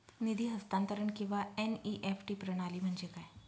निधी हस्तांतरण किंवा एन.ई.एफ.टी प्रणाली म्हणजे काय?